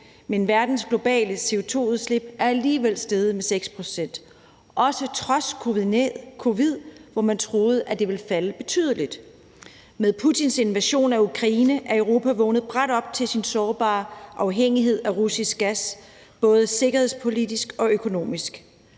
men verdens globale CO2-udslip er alligevel steget med 6 pct. – også på trods af covid-19, hvor man troede det ville falde betydeligt. Med Putins invasion af Ukraine er Europa vågnet brat op til sin sårbare afhængighed af russisk gas både sikkerhedspolitisk og økonomisk.